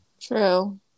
True